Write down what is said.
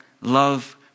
love